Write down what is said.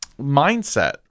mindset